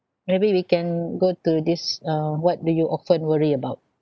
maybe we can go to this uh what do you often worry about